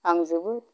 आं जोबोद